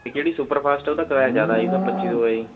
ਅਤੇ ਜਿਹੜੀ ਸੁਪਰਫਾਸਟ ਆ ਉਹਦਾ ਕਿਰਾਇਆ ਜ਼ਿਆਦਾ ਜੀ ਉਹਦਾ ਪੱਚੀ ਸੌ ਆ ਜੀ